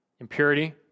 impurity